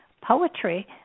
poetry